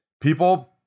people